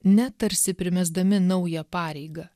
ne tarsi primesdami naują pareigą